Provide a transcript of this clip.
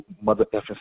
mother-effing